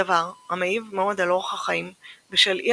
דבר המעיק מאוד על אורח החיים בשל אי